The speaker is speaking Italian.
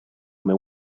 come